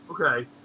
Okay